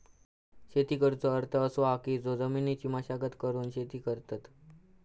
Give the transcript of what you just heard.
शेती करुचो अर्थ असो की जो जमिनीची मशागत करून शेती करतत